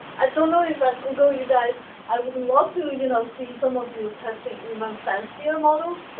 i don't know if at google you guys i would love to, you know, see some of you testing even fancier models.